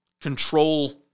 control